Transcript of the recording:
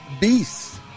beasts